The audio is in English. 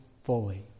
fully